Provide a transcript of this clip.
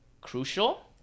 crucial